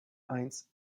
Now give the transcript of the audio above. eins